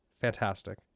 Fantastic